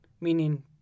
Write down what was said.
meaning